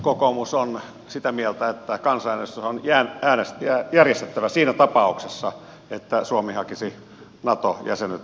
kokoomus on sitä mieltä että kansanäänestys on järjestettävä siinä tapauksessa että suomi hakisi nato jäsenyyttä